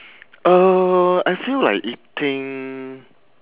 uh I feel like eating